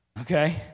Okay